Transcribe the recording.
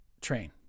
train